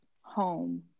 home